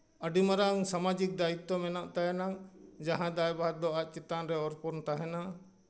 ᱟᱹᱰᱤ ᱢᱟᱨᱟᱝ ᱥᱟᱢᱟᱡᱤᱠ ᱫᱟᱭᱤᱛᱛᱚ ᱢᱮᱱᱟᱜ ᱛᱟᱭᱟ ᱱᱟᱝ ᱡᱟᱦᱟᱸ ᱫᱟᱭ ᱵᱷᱟᱨ ᱫᱚ ᱟᱡ ᱪᱮᱛᱟᱱ ᱨᱮ ᱚᱨᱯᱚᱱ ᱛᱟᱦᱮᱱᱟ